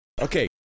Okay